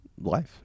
life